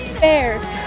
bears